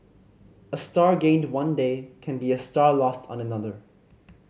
a star gained one day can be a star lost on another